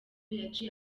yaciye